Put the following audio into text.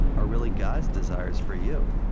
are really god's desires for you.